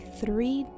three